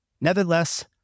Nevertheless